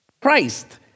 Christ